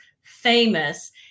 famous